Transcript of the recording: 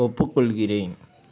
ஒப்புக்கொள்கிறேன்